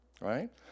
right